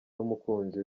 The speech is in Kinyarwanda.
n’umukunzi